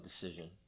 decision